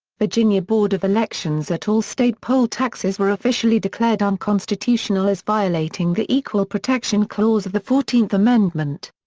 virginia board of elections that all state poll taxes were officially declared unconstitutional as violating the equal protection clause of the fourteenth amendment.